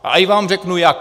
A i vám řeknu jaký.